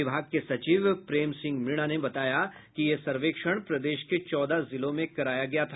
विभाग के सचिव प्रेम सिंह मीणा ने बताया कि ये सर्वेक्षण प्रदेश के चौदह जिलों में कराया गया था